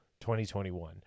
2021